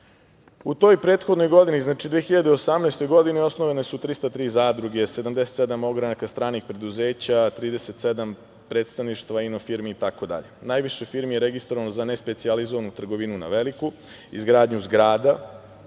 toj prethodnoj godini, znači 2018. godini, osnovane su 303 zadruge, 77 ogranaka stranih preduzeća, 37 predstavništava ino-firmi itd. Najviše firmi registrovano je za nespecijalizovanu trgovinu na veliko, izgradnju zgrada,